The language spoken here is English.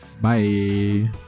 Bye